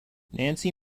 nancy